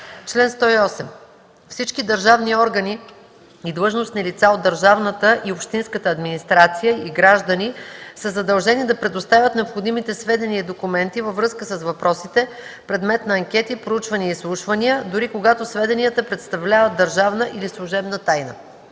„Чл. 108. Всички държавни органи и длъжностни лица от държавната и общинската администрация и граждани са задължени да предоставят необходимите сведения и документи във връзка с въпросите, предмет на анкети, проучвания и изслушвания, дори когато сведенията представляват държавна или служебна тайна.”